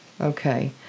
Okay